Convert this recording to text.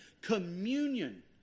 communion